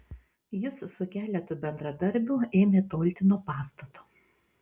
jis su keletu bendradarbių ėmė tolti nuo pastato